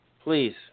Please